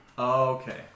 Okay